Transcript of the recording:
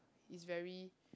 is very